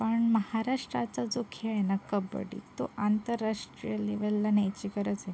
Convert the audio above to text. पण महाराष्ट्राचा जो खेळ आहे ना कबड्डी तो आंतरराष्ट्रीय लेवलला न्यायची गरज आहे